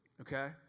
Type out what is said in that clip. okay